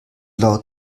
laut